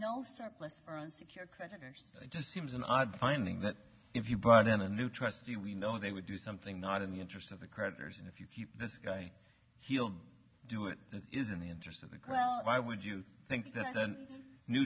creditors it just seems an odd finding that if you brought in a new trustee we know they would do something not in the interest of the creditors and if you keep this guy he'll do it that is in the interest of the crowd why would you think that the new